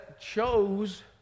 chose